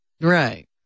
right